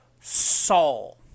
Saul